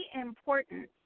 important